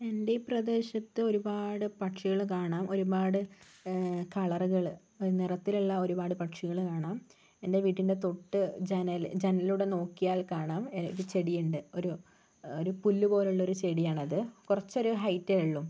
എൻ്റെ പ്രദേശത്ത് ഒരുപാട് പക്ഷികൾ കാണാം ഒരുപാട് കളറുകൾ നിറത്തിലുള്ള ഒരുപാട് പക്ഷികൾ കാണാം എൻ്റെ വീടിൻ്റെ തൊട്ട് ജനൽ ജനലിലൂടെ നോക്കിയാൽ കാണാം ഒരു ചെടിയുണ്ട് ഒരു ഒരു പുല്ലുപോലുള്ളൊരു ചെടിയാണത് കുറച്ചൊരു ഹൈറ്റ് ഉള്ളൂ